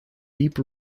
deep